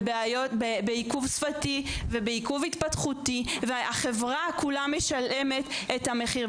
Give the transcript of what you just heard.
בעיכוב שפתי ובעיכוב התפתחותי והחברה כולה משלמת את המחירים האלה.